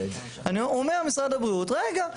רגע,